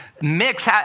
mix